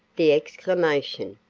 the exclamation,